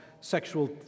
sexual